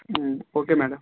ఊ okay madam